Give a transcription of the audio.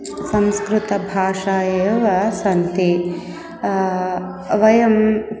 संस्कृतभाषा एव सन्ति वयं